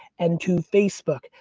and to facebook,